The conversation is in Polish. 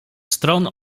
stron